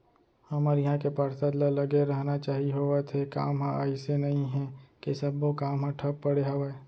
हमर इहाँ के पार्षद ल लगे रहना चाहीं होवत हे काम ह अइसे नई हे के सब्बो काम ह ठप पड़े हवय